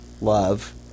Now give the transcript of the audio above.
love